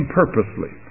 purposely